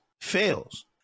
fails